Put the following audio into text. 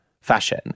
fashion